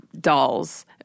dolls